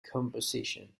composition